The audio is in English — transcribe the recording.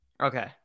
okay